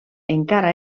encara